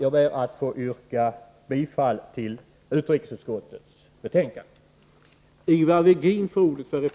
Härmed ber jag att få yrka bifall till utskottets hemställan i betänkandet.